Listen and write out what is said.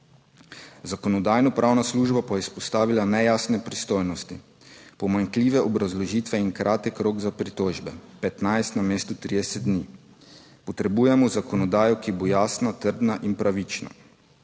Zakonodajno-pravna služba pa je izpostavila nejasne pristojnosti, pomanjkljive obrazložitve in kratek rok za pritožbe, 15 na mesto 30 dni. Potrebujemo zakonodajo, ki bo jasna, trdna in pravična.